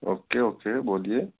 okay okay بولیے